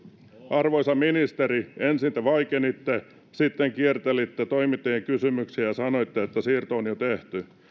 arvoisa ministeri ensin te vaikenitte sitten kiertelitte toimittajien kysymyksiä ja ja sanoitte että siirto on jo tehty